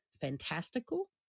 fantastical